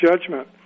judgment